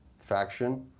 faction